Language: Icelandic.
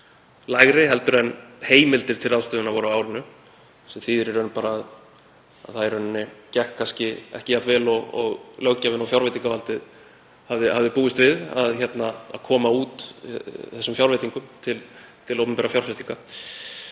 lægri en heimildir til ráðstöfunar voru á árinu sem þýðir að í rauninni gekk kannski ekki jafn vel og löggjafinn og fjárveitingavaldið höfðu búist við að koma út fjárveitingum til opinberra fjárfestinga.